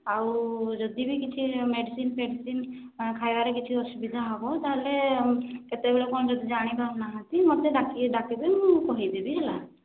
ଆଉ ଯଦି ବି କିଛି ମେଡ଼ିସିନ ଫେଡ଼ିସିନ ଖାଇବାରେ କିଛି ଅସୁବିଧା ହେବ ତାହେଲେ କେତେବେଳେ କ'ଣ ଯଦି ଜାଣି ପାରୁ ନାହାନ୍ତି ମୋତେ ଡାକିବେ ଡାକିଦେବେ ମୁଁ କହିଦେବି ହେଲା